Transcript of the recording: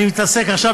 אני מתעסק עכשיו,